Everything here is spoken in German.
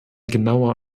genauer